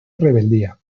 rebeldía